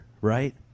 right